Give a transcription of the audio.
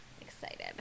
excited